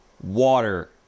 Water